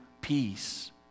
peace